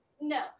no